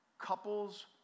Couples